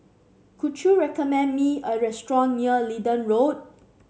could you recommend me a restaurant near Leedon Road